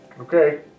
Okay